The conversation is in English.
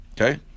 Okay